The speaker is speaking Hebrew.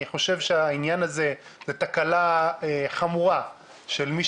אני חושב שהעניין הזה זו תקלה חמורה של מי